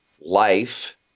life